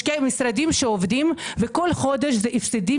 משקיעה במשרדים שעובדים וכל חודש זה הפסדים